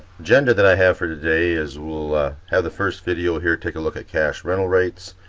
agenda that i have for today is we'll have the first video here take a look at cash rental rates,